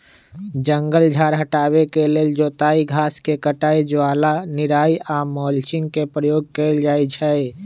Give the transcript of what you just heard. जङगल झार हटाबे के लेल जोताई, घास के कटाई, ज्वाला निराई आऽ मल्चिंग के प्रयोग कएल जाइ छइ